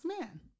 man